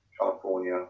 California